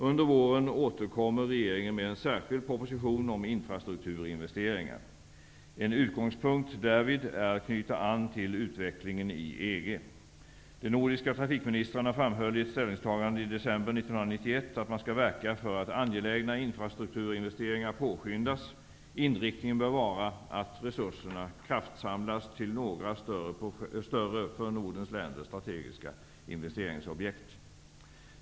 Under våren återkommer regeringen med en särskild proposition om infrastrukturinvesteringar. En utgångspunkt därvid är att knyta an till utvecklingen i EG. De nordiska trafikministrarna framhöll i ett ställningstagande i december 1991 att man skall verka för att angelägna infrastrukturinvesteringar påskyndas. Inriktningen bör vara att resurserna kraftsamlas till några större för Nordens länder strategiska investeringsobjekt.